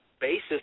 basis